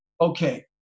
Okay